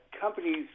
companies